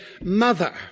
mother